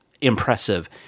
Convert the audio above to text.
impressive